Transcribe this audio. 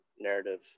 narrative